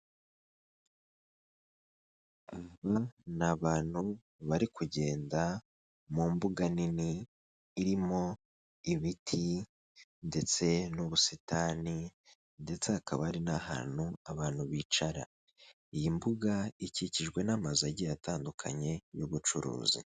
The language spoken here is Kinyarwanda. Ni abantu bari kugenda mu mbuga nini irimo ibiti ndetse n'ubusitani ndetse hakaba hari n'ahantu abantu bicara. Iyi mbuga ikikijwe n'amazu agiye atandukanye y'ubucuruzi.